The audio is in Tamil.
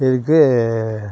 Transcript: இதுக்கு